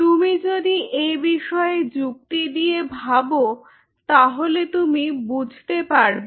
তুমি যদি এ বিষয়ে যুক্তি দিয়ে ভাবো তাহলে তুমি বুঝতে পারবে